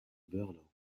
berlin